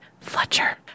fletcher